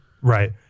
Right